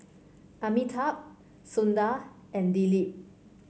Amitabh Sundar and Dilip